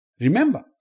Remember